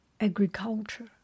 agriculture